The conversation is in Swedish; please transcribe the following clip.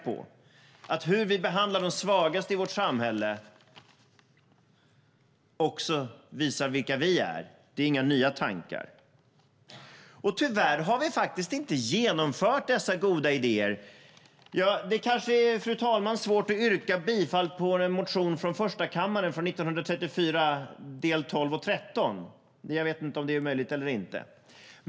Det är inga nya tankar att vi visar vilka vi är genom vårt sätt att behandla de svagaste i vårt samhälle. Tyvärr har vi inte genomfört dessa goda idéer, fru talman. Det är kanske svårt att yrka bifall till en motion från första kammaren från 1934, del 12 och 13. Jag vet inte om det är möjligt eller inte.